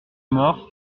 mor